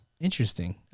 Interesting